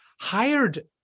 hired